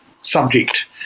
subject